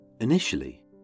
Initially